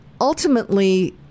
Ultimately